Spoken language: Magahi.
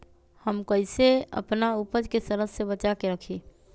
हम कईसे अपना उपज के सरद से बचा के रखी?